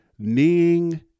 kneeing